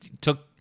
took